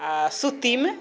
आ सुतीमे